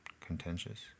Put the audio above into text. Contentious